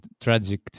tragic